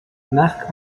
marc